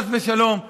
חס ושלום,